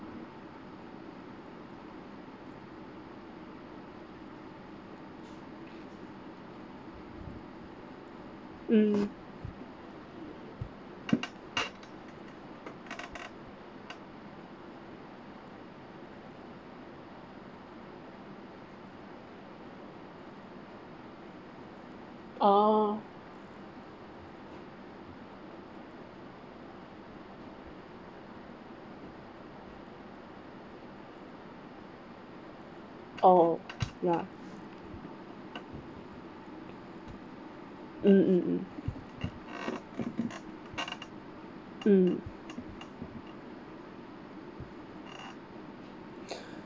mm ah oh ya mmhmm mm